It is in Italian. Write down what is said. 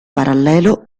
parallelo